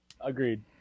agreed